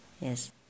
Yes